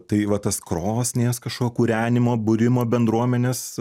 tai va tas krosnies kažko kūrenimo būrimo bendruomenės